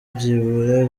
byibura